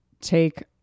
take